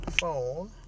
phone